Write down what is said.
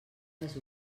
les